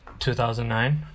2009